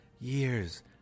years